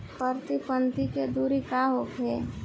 प्रति पंक्ति के दूरी का होखे?